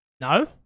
No